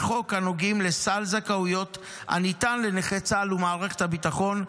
חוק הנוגעים לסל זכאויות הניתן לנכי צה"ל ומערכת הביטחון,